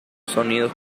sonidos